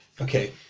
Okay